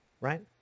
right